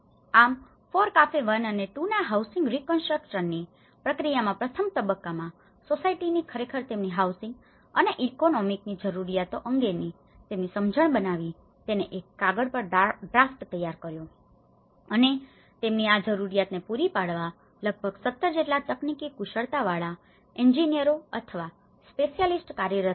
આમ FORECAFE 1 અને 2ના હાઉસિંગના રીકન્સ્ટ્રકશનની reconstruction પુનનિર્માણ પ્રક્રિયામાં પ્રથમ તબક્કામાં સોસાયટીની ખરેખર તેમની હાઉસિંગ અને ઇકોનોમિકની જરૂરીયાતો અંગેની તેમની સમજણ બનાવી તેને એક કાગળ પર ડ્રાફ્ટ તૈયાર કર્યો અને તેમની આ જરૂરિયાતને પૂરી પાડવા લગભગ 17 જેટલા તકનીકી કુશળતા વાળા એંજીનિયરો અથવા સ્પેશિયાલિસ્ટ કાર્યરત કર્યા